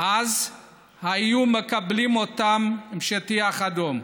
אז היו מקבלים אותם עם שטיח אדום.